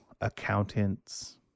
accountants